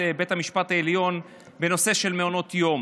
בית המשפט העליון בנושא של מעונות יום.